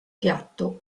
piatto